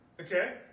Okay